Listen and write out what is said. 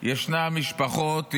ישנן משפחות,